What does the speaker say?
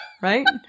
Right